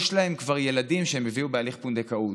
כבר יש להם ילדים שהם הביאו בהליך פונדקאות.